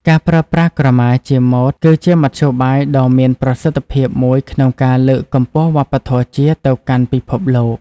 ការប្រើប្រាស់ក្រមាជាម៉ូដ គឺជាមធ្យោបាយដ៏មានប្រសិទ្ធភាពមួយក្នុងការ លើកកម្ពស់វប្បធម៌ជាតិ ទៅកាន់ពិភពលោក។